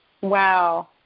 Wow